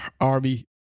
army